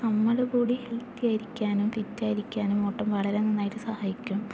നമ്മളുകൂടി healthy ആയിരിക്കാനും ഫിറ്റായിരിക്കാനും ഓട്ടം വളരെ നന്നായിട്ട് സഹായിക്കും